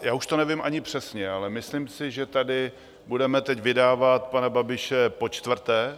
Já už to nevím ani přesně, ale myslím si, že tady budeme teď vydávat pana Babiše počtvrté.